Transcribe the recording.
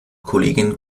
kollegin